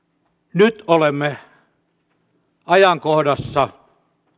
nyt olemme ajankohdassa